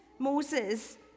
Moses